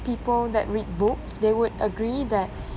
people that read books they would agree that